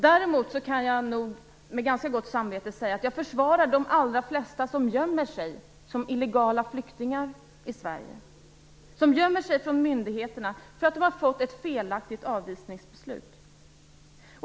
Däremot kan jag med ganska gott samvete säga att jag försvarar de allra flesta som gömmer sig som illegala flyktingar i Sverige, som gömmer sig från myndigheterna därför att de har fått ett felaktigt avvisningsbeslut.